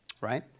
Right